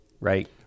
right